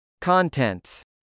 Contents